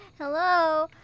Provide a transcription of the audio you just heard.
Hello